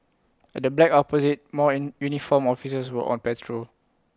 at the black opposite more an uniformed officers were on patrol